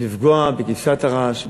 לפגוע בכבשת הרש,